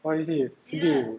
oh is it to do